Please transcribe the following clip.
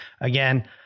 again